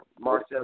Marcel